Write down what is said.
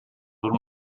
when